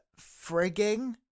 Frigging